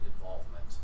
involvement